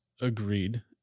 agreed